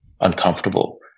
uncomfortable